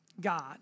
God